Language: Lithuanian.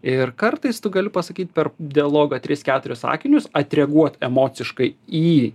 ir kartais tu gali pasakyti per dialogą tris keturis sakinius atreguot emociškai į